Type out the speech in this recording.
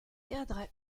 cadre